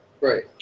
Right